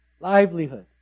livelihood